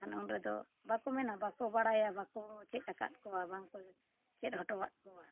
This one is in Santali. ᱵᱟᱠᱷᱟᱱ ᱩᱱᱨᱮᱫᱚ ᱵᱟᱠᱚ ᱢᱮᱱᱟ ᱵᱟᱠᱚ ᱵᱟᱲᱟᱭᱟ ᱵᱟᱠᱚ ᱪᱮᱫ ᱟᱠᱟᱫ ᱠᱚᱣᱟ ᱵᱟᱝᱠᱚ ᱪᱮᱫ ᱦᱚᱴᱚᱣᱟᱜ ᱠᱚᱣᱟ